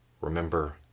remember